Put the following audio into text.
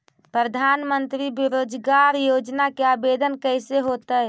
प्रधानमंत्री बेरोजगार योजना के आवेदन कैसे होतै?